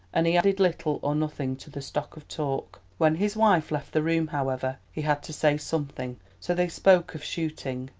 and he added little or nothing to the stock of talk. when his wife left the room, however, he had to say something, so they spoke of shooting.